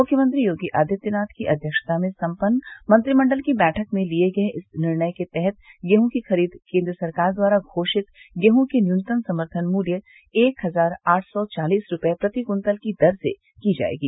मुख्यमंत्री योगी आदित्यनाथ की अध्यक्षता में सम्पन्न मंत्रिमण्डल की बैठक में लिये गये इस निर्णय के तहत गेहूँ की खरीद केन्द्र सरकार द्वारा घोषित गेहूँ के न्यूनतम समर्थन मूल्य एक हज़ार आठ सौ चालीस रूपये प्रति कृत्तल की दर से की जायेगी